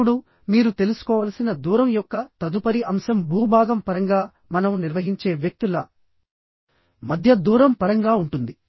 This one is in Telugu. ఇప్పుడు మీరు తెలుసుకోవలసిన దూరం యొక్క తదుపరి అంశం భూభాగం పరంగా మనం నిర్వహించే వ్యక్తుల మధ్య దూరం పరంగా ఉంటుంది